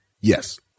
Yes